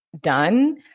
done